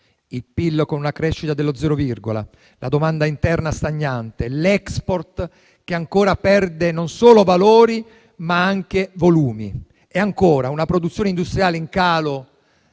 il PIL con una crescita dello zero virgola; la domanda interna stagnante; l'*export* che ancora perde non solo valori, ma anche volumi; una produzione industriale in calo